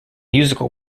musical